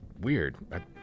weird